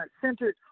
centered